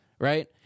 Right